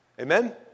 Amen